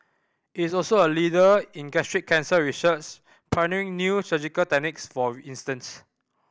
it is also a leader in gastric cancer research pioneering new surgical techniques for instance